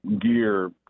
gear